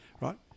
right